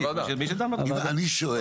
אני שואל,